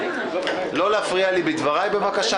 לא להפריע לי בדברי.